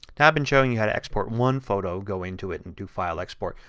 i've been showing you how to export one photo. go into it and do file export.